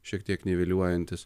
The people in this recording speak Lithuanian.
šiek tiek niveliuojantis